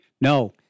No